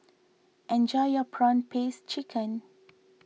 enjoy your Prawn Paste Chicken